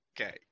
okay